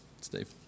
Steve